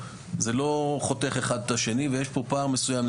זה לא חותך אחד את השני ויש פה פער מסוים,